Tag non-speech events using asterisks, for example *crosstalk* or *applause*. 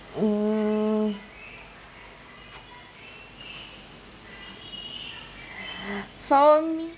hmm *breath* for me